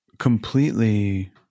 Completely